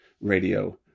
radio